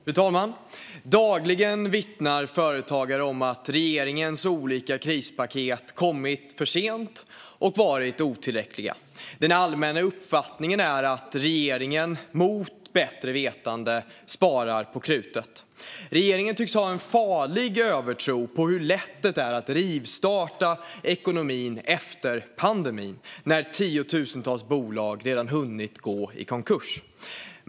Fru talman! Dagligen vittnar företagare om att regeringens olika krispaket kommit för sent och varit otillräckliga. Den allmänna uppfattningen är att regeringen mot bättre vetande sparar på krutet. Regeringen tycks ha en farlig övertro på hur lätt det är att rivstarta ekonomin efter pandemin när tiotusentals bolag redan hunnit gå i konkurs.